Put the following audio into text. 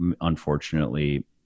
unfortunately